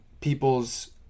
people's